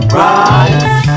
rise